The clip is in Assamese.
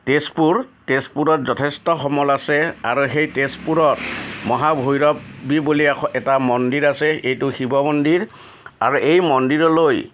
তেজপুৰ তেজপুৰত যথেষ্ট সমল আছে আৰু সেই তেজপুৰত মহাভৈৰৱী বুলি এটা মন্দিৰ আছে এইটো শিৱ মন্দিৰ আৰু এই মন্দিৰলৈ